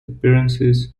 appearances